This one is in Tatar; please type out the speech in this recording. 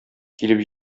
килеп